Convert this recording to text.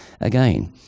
again